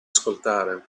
ascoltare